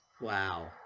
Wow